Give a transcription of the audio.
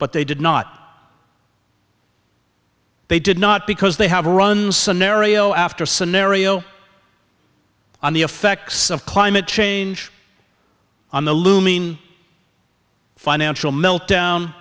but they did not they did not because they have run scenario after scenario on the effects of climate change on the looming financial meltdown